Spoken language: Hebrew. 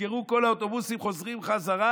נסגרו כל האוטובוסים, חוזרים חזרה.